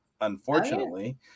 unfortunately